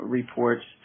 reports